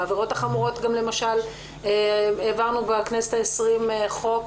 בעבירות החמורות למשל העברנו בכנסת העשרים חוק,